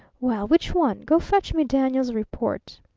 well, which one? go fetch me daniel's report